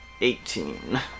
Eighteen